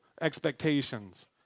expectations